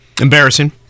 Embarrassing